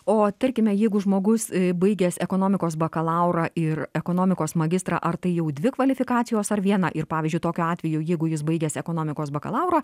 o tarkime jeigu žmogus baigęs ekonomikos bakalaurą ir ekonomikos magistrą ar tai jau dvi kvalifikacijos ar viena ir pavyzdžiui tokiu atveju jeigu jis baigęs ekonomikos bakalaurą